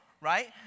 right